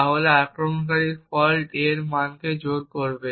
তাহলে আক্রমণকারীর fault a এর মানকে জোর করবে